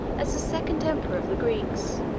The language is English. as the second emperor of the greeks.